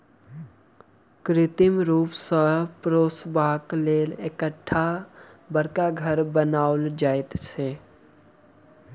कृत्रिम रूप सॅ भेंड़ पोसबाक लेल एकटा बड़का घर बनाओल जाइत छै